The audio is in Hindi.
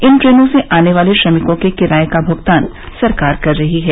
इन ट्रेनों से आने वाले श्रमिकों के किराये का भुगतान सरकार कर रही है